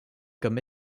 comme